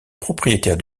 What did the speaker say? propriétaires